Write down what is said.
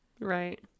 Right